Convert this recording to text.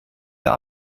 der